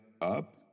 up